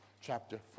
chapter